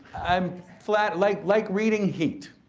i'm flat, like like reading heat.